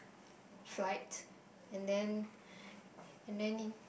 flight and then and then